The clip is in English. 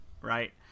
right